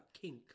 kink